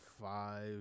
five